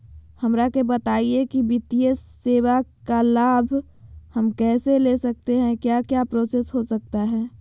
हमरा के बताइए की वित्तीय सेवा का लाभ हम कैसे ले सकते हैं क्या क्या प्रोसेस हो सकता है?